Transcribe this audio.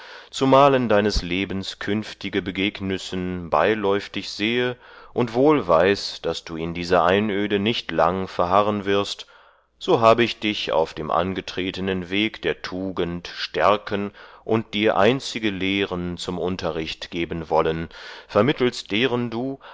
solle zumalen deines lebens künftige begegnüssen beiläuftig sehe und wohl weiß daß du in dieser einöde nicht lang verharren wirst so habe ich dich auf dem angetretenen weg der tugend stärken und dir einzige lehren zum unterricht geben wollen vermittelst deren du